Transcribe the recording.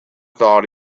thought